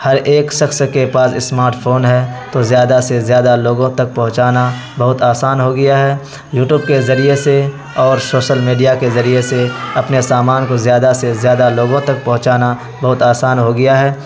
ہر ایک شخص کے پاس اسمارٹ فون ہے تو زیادہ سے زیادہ لوگوں تک پہنچانا بہت آسان ہو گیا ہے یوٹوب کے ذریعے سے اور شوشل میڈیا کے ذریعے سے اپنے سامان کو زیادہ سے زیادہ لوگوں تک پہنچانا بہت آسان ہو گیا ہے